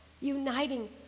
uniting